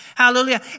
Hallelujah